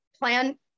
plan